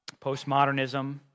Postmodernism